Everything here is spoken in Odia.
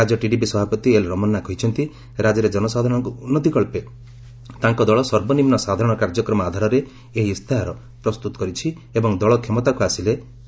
ରାଜ୍ୟ ଟିଡିପି ସଭାପତି ଏଲ୍ ରମନା କହିଛନ୍ତି ରାଜ୍ୟରେ ଜନସାଧାରଣଙ୍କ ଉନ୍ନତି କଚ୍ଚେ ତାଙ୍କ ଦଳ ସର୍ବନିମ୍ନ ସାଧାରଣ କାର୍ଯ୍ୟକ୍ରମ ଆଧାରରେ ଏହି ଇସ୍ତାହାର ପ୍ରସ୍ତୁତ କରିଛି ଏବଂ ଦଳ କ୍ଷମତାକୁ ଆସିଲେ ଏହାକୁ କାର୍ଯ୍ୟକାରୀ କରିବ